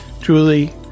Julie